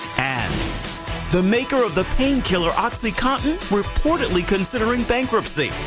and the maker of the painkiller oxycontin reportedly considering bankruptcy,